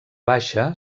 baixa